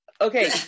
Okay